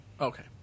Okay